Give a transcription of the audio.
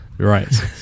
Right